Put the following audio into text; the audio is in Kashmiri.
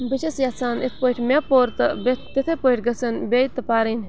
بہٕ چھَس یَژھان اِتھ پٲٹھۍ مےٚ پوٚر تہٕ بہٕ تِتھَے پٲٹھۍ گژھن بیٚیہِ تہٕ پَرٕنۍ